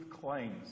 claims